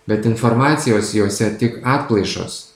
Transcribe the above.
bet informacijos jose tik atplaišos